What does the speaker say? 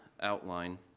outline